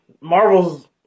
Marvel's